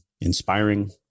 inspiring